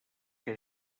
que